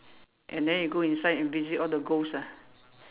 and then you go inside and visit all the ghost ah